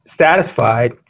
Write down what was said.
satisfied